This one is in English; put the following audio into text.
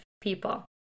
people